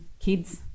kids